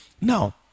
Now